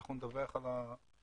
אנחנו כמובן נדווח על התוצאות.